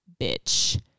bitch